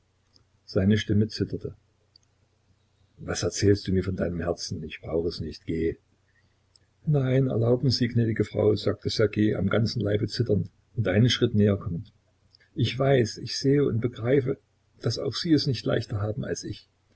seine stimme zitterte was erzählst du mir von deinem herzen ich brauche es nicht geh nein erlauben sie gnädige frau sagte ssergej am ganzen leibe zitternd und einen schritt näher kommend ich weiß ich sehe und begreife daß auch sie es nicht leichter haben als ich